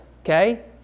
Okay